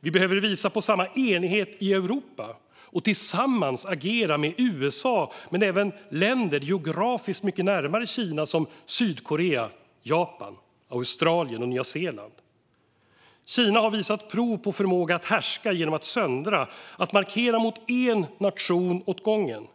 Vi behöver visa på samma enighet i Europa och tillsammans agera med USA men även med länder geografiskt mycket närmare Kina som Sydkorea, Japan, Australien och Nya Zeeland. Kina har visat prov på förmåga att härska genom att söndra och att markera mot en nation åt gången.